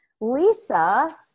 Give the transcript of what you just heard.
Lisa